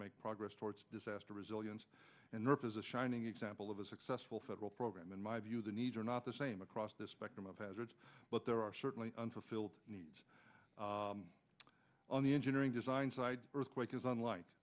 make progress towards disaster resilience and repositioning example of a successful federal program in my view the needs are not the same across the spectrum of hazards but there are certainly unfulfilled needs on the engineering design side earthquake is on li